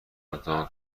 امتحان